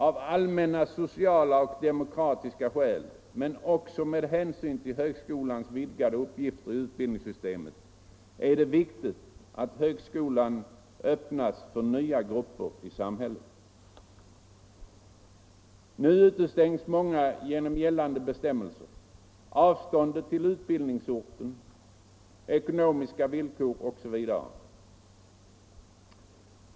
”Av allmänna, sociala och demokratiska skäl, men också med hänsyn till högskolans vidgade uppgift inom utbildningssystemet, är det viktigt att högskolan öppnas för nya grupper i samhället.” Nu utestängs många genom gällande bestämmelser, avståndet till utbildningsorten, ekonomiska villkor osv.